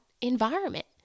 environment